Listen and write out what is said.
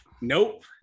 Nope